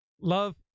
love